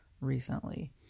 recently